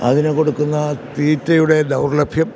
അതിനുകൊടുക്കുന്ന തീറ്റയുടെ ദൗർലഭ്യം